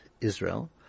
Israel